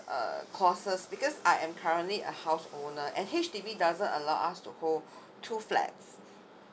uh costs because I am currently a house owner and H_D_B doesn't allow us to hold two flats